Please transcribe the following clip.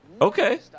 Okay